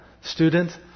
student